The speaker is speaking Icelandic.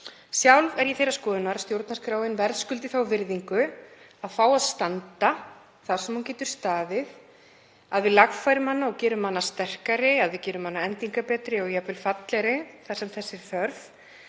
Sjálf er ég þeirrar skoðunar að stjórnarskráin verðskuldi þá virðingu að fá að standa þar sem hún getur staðið, að við lagfærum hana og gerum hana sterkari, að við gerum hana endingarbetri og jafnvel fallegri þar sem þess er þörf.